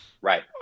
Right